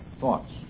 thoughts